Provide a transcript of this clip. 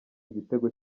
igitego